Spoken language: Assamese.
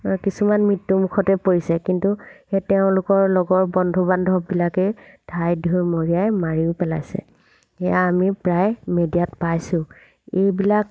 কিছুমান মৃত্যুমুখতে পৰিছে কিন্তু সেই তেওঁলোকৰ লগৰ বন্ধু বান্ধৱবিলাকেই ধাই ধুই মৰিয়াই মাৰিও পেলাইছে সেয়া আমি প্ৰায় মেডিয়াত পাইছোঁ এইবিলাক